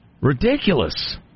Ridiculous